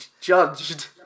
judged